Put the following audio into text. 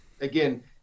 again